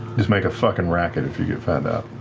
just make a fucking racket if you get found out.